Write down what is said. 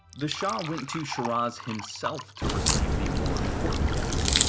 the shah went to shiraz himself to receive the more important guests.